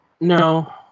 No